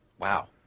Wow